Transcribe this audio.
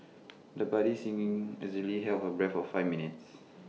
the budding singing easily held her breath for five minutes